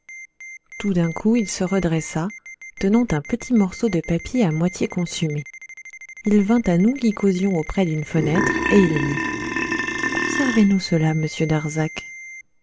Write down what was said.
tout d'un coup il se redressa tenant un petit morceau de papier à moitié consumé il vint à nous qui causions auprès d'une fenêtre et il dit conservez nous cela monsieur